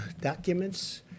documents